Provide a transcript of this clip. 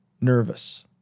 Nervous